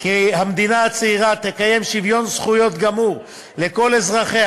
כי המדינה הצעירה תקיים שוויון זכויות גמור לכל אזרחיה,